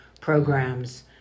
programs